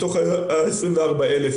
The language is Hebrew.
מתוך 24,000,